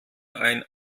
ein